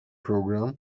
program